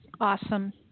Awesome